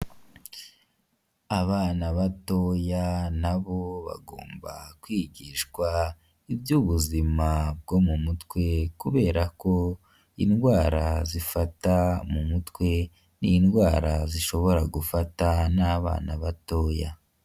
Abana batoya nabo bagomba kwigishwa iby'ubuzima bwo mu mutwe kubera ko indwara zifata mu mutwe n'indwara zishobora gufata n'abana batoya.